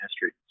history